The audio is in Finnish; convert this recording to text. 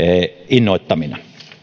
innoittamina